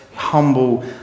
humble